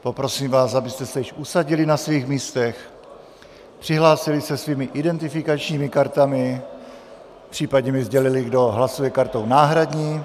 Poprosím vás, abyste se už usadili na svých místech, přihlásili se svými identifikačními kartami, případně mi sdělili, kdo hlasuje kartou náhradní.